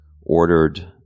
ordered